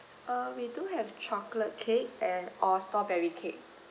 uh we do have chocolate cake and or strawberry cake